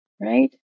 right